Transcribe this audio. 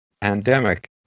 pandemic